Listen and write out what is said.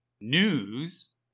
News